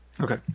okay